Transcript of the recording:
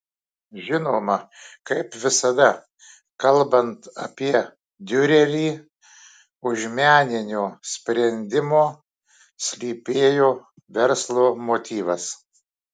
žinoma kaip visada kalbant apie diurerį už meninio sprendimo slypėjo verslo motyvas